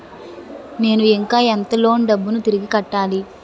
నేను ఇంకా ఎంత లోన్ డబ్బును తిరిగి కట్టాలి?